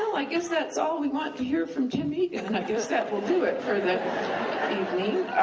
i guess that's all we want to hear from tim egan, and i guess that will do it for the evening.